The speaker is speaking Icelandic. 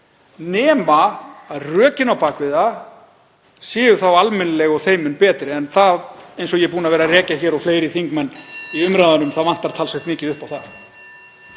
nema rökin á bak við það séu þá almennileg og þeim mun betri. En eins og ég er búinn að vera að rekja hér og fleiri þingmenn í umræðunum þá vantar talsvert mikið upp á það.